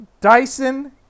Dyson